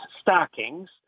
stockings